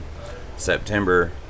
September